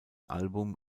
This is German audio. album